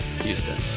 Houston